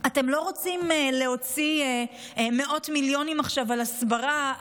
אתם לא רוצים להוציא מאות מיליונים עכשיו על הסברה,